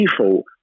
default